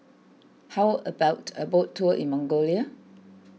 how about a boat tour in Mongolia